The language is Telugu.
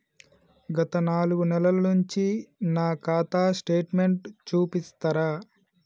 గత నాలుగు నెలల నుంచి నా ఖాతా స్టేట్మెంట్ చూపిస్తరా?